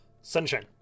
Sunshine